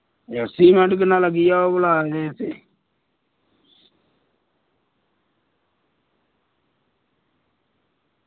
ते सीमेंट भला किन्ना लग्गी जाह्ग